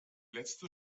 letzte